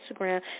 Instagram